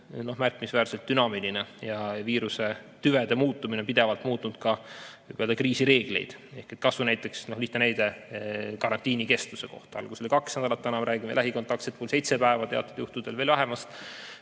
märkimisväärselt dünaamiline ja viirusetüvede muutumine on pidevalt muutnud ka kriisi reegleid. Kas või lihtne näide karantiini kestuse kohta: alguses oli kaks nädalat, täna me räägime lähikontaktsete puhul seitsmest päevast, teatud juhtudel veelgi vähemast